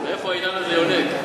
מאיפה העניין הזה יונק?